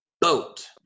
boat